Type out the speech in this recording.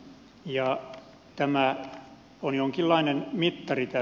tämä saunakeskustelu on jonkinlainen mittari